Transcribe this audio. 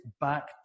back